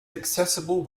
accessible